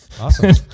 Awesome